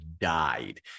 died